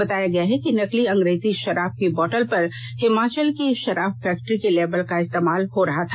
बताया गया है कि नकली अंग्रेजी शराब की बोतल पर हिमाचल की शराब फैक्ट्री के लेबल का इस्तेमाल हो रहा था